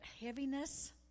heaviness